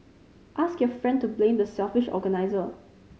ask your friend to blame the selfish organiser